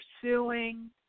pursuing